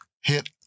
hit